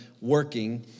working